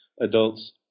adults